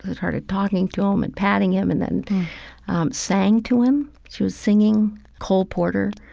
ah started talking to him and patting him and then sang to him. she was singing cole porter.